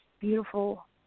beautiful